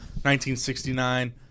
1969